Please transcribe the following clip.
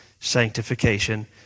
sanctification